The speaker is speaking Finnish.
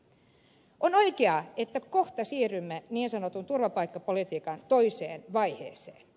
on oikein että me kohta siirrymme niin sanotun turvapaikkapolitiikan toiseen vaiheeseen